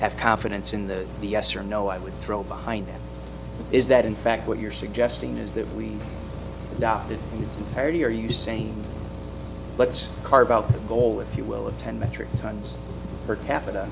have confidence in the the yes or no i would throw behind that is that in fact what you're suggesting is that we adopted its entirety are you saying let's carve out the goal if you will of ten metric tonnes per capita